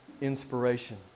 inspiration